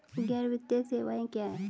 गैर वित्तीय सेवाएं क्या हैं?